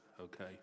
okay